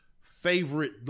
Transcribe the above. favorite